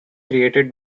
created